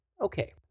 Okay